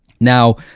Now